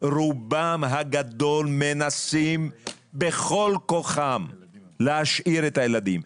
רובם הגדול מנסים בכל כוחם להשאיר את הילדים,